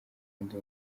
ndi